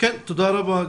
כן, תודה רבה.